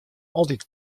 altyd